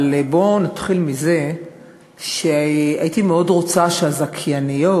אבל בוא נתחיל מזה שהייתי מאוד רוצה שהזכייניות